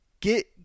get